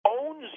owns